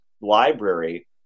library